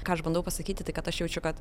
ką aš bandau pasakyti tai kad aš jaučiu kad